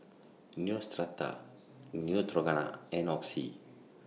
Neostrata Neutrogena and Oxy